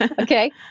Okay